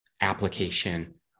application